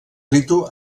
ritu